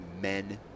men